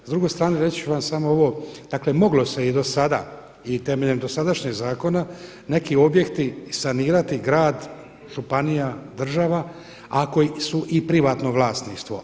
S druge strane reći ću vam samo ovo, dakle moglo se i do sada i temeljem dosadašnjeg zakona neki objekti sanirati, grad županija, država ako su i privatno vlasništvo.